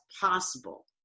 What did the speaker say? possible